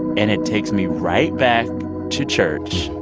and it takes me right back to church,